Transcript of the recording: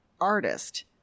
artist